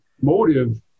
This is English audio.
motive